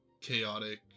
chaotic